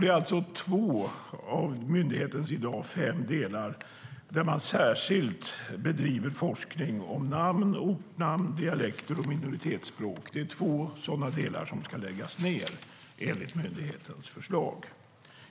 Det är alltså två av myndighetens i dag fem delar där man särskilt bedriver forskning om namn, ortnamn, dialekter och minoritetsspråk. Det är två sådana delar som ska läggas ned enligt myndighetens förslag.